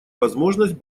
возможность